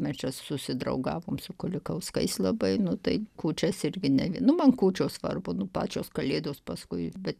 mes čia susidraugavom su kulikauskais labai nu tai kūčias irgi ne nu man kūčios svarbu pačios kalėdos paskui bet